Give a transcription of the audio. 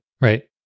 right